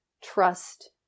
trust